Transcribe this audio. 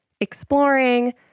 Exploring